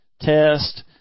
test